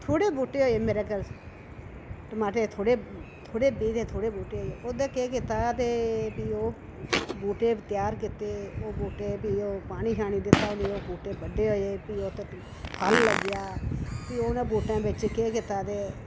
थोह्डे़ बूह्टे होए मेरे घर टमाटरे थोह्ड़े थोह्डे़ बीऽ ते थोह्डे़ बूह्टे होए ओह्दे केह् कीता के भी ओह् बूह्टे त्यार कीते ओह् बूह्टे ओह् भी पानी शानी दित्ता उ'नें ई भी ओह् बूह्टे बड्डे होए भी उत्त फल लग्गेआ भी उ'नें बूह्टें बिच केह् कीता ते